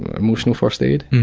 emotional first aid.